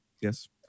Yes